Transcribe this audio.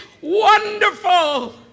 wonderful